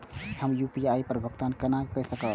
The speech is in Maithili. हम यू.पी.आई पर भुगतान केना कई सकब?